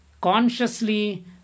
consciously